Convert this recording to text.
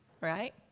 right